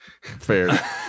Fair